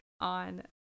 on